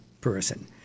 person